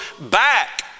back